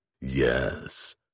Yes